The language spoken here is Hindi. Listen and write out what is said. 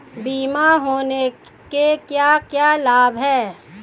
बीमा होने के क्या क्या लाभ हैं?